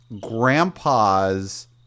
grandpas